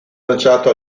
lanciato